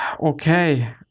Okay